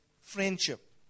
friendship